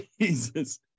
Jesus